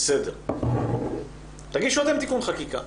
בסדר אז תגישו אתם תיקון חקיקה,